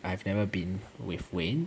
I have never been with wayne